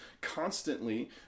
constantly